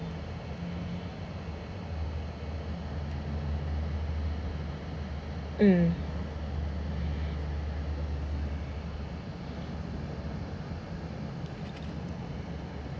mm